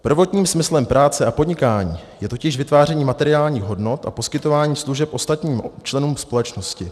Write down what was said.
Prvním smyslem práce a podnikání je totiž vytváření materiálních hodnot a poskytování služeb ostatním členům společnosti.